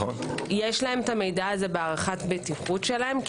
יש להם המידע הזה בהערכת הבטיחות שלהם.